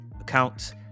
accounts